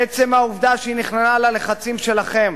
עצם העובדה שהיא נכנעה ללחצים שלכם,